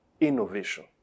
innovation